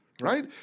right